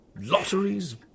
Lotteries